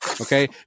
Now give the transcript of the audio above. Okay